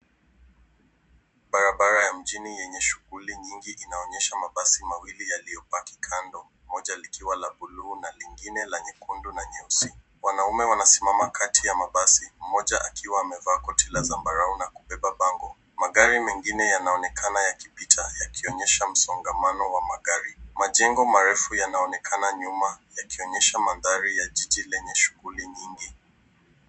Barabara ya mjini yenye shughuli nyingi inaonyesha mabasi mawili yaliyopaki kando moja likiwa la bluu na lingine la nyekundu na nyeusi. Wanaume wanasimama kati ya mabasi. Mmoja akiwa amevaa koti la zambarau na kubeba bango. Magari mengine yanaonekana yakipita yakionyesha msongamano wa magari. Majengo marefu yanaonekana nyuma yakionyesha mandhari ya jiji yenye shughuli nyingi.